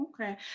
okay